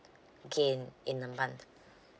gain in a month